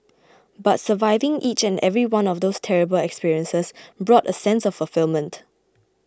but surviving each and every one of those terrible experiences brought a sense of fulfilment